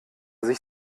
sich